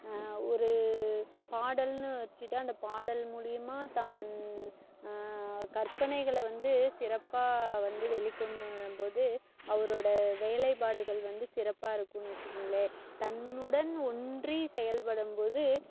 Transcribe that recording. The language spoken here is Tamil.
ஒரு பாடல்னு வச்சிட்டால் அந்த பாடல் மூலயமா தான் கற்பனைகளை வந்து சிறப்பாக வந்து வெளிக்கொண்டு வரும் போது அவரோடய வேலைப்பாடுகள் வந்து சிறப்பாக இருக்குதுன்னு வச்சிக்கோங்களேன் தன்னுடன் ஒன்றி செயல்படும்போது